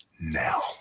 now